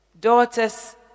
Daughters